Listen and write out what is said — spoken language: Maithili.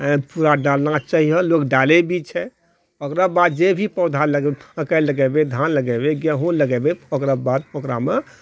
पूरा डालना चाहिए लोक डालै भी छै ओकरो बाद जे भी पौधा लगेबै मकइ लगेबै धान लगेबै गेहूँ लगेबै ओकरा बाद ओकरामे